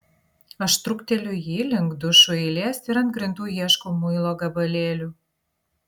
aš trukteliu jį link dušų eilės ir ant grindų ieškau muilo gabalėlių